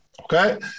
Okay